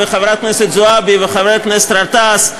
חברת הכנסת זועבי וחבר הכנסת גטאס,